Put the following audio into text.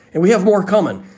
and we have more common.